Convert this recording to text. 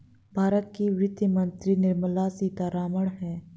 भारत की वित्त मंत्री निर्मला सीतारमण है